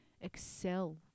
excel